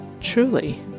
Truly